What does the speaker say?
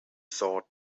thought